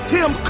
Tim